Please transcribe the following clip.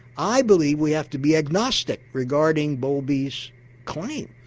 i believe we have to be agnostic regarding bowlby's claim.